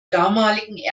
damaligen